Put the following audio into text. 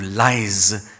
lies